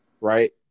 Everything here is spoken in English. Right